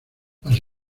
las